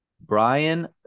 Brian